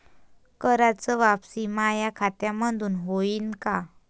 कराच वापसी माया खात्यामंधून होईन का?